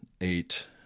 eight